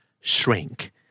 Shrink